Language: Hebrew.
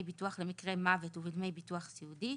ביטוי במקרה מוות ובדמי ביטוח סיעודי,